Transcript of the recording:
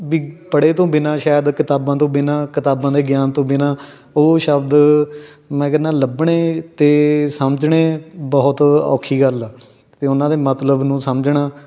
ਵੀ ਪੜ੍ਹੇ ਤੋਂ ਬਿਨਾਂ ਸ਼ਾਇਦ ਕਿਤਾਬਾਂ ਤੋਂ ਬਿਨਾਂ ਕਿਤਾਬਾਂ ਦੇ ਗਿਆਨ ਤੋਂ ਬਿਨਾਂ ਉਹ ਸ਼ਬਦ ਮੈਂ ਕਹਿੰਦਾ ਲੱਭਣੇ ਅਤੇ ਸਮਝਣੇ ਬਹੁਤ ਔਖੀ ਗੱਲ ਆ ਅਤੇ ਉਹਨਾਂ ਦੇ ਮਤਲਬ ਨੂੰ ਸਮਝਣਾ